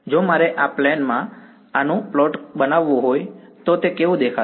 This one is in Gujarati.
જો મારે આ પ્લેન માં આ પ્લેન માં આનું પ્લોટ બનાવવું હોય તો તે કેવું દેખાશે